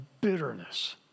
bitterness